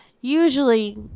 usually